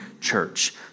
church